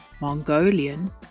Mongolian